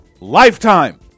lifetime